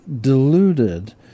deluded